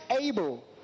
able